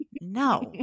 No